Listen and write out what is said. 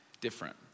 different